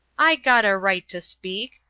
i got a right to speak.